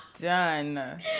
Done